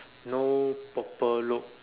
no proper look